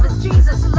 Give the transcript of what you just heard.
jesus